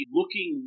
looking